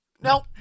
Nope